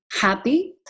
happy